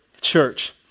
church